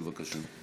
בבקשה.